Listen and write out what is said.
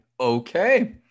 Okay